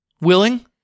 willing